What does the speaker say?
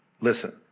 Listen